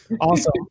Awesome